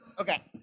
Okay